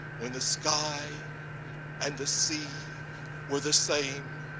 when the sky and the sea were the same,